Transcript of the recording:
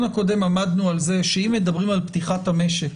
הקודם עמדנו על זה שאם מדברים על פתיחת המשק,